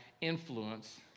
influence